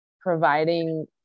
providing